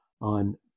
on